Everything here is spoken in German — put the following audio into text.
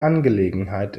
angelegenheit